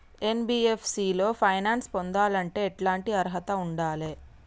NBFC లో finance పొందాలంటే ఎట్లాంటి అర్హత ఉండాలే?